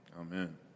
amen